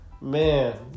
man